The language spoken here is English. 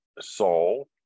Saul